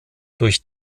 durch